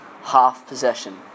half-possession